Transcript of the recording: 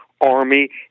Army